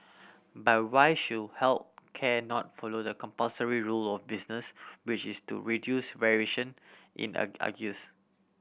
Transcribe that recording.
but why should health care not follow the compulsory rule of business which is to reduce variation in argues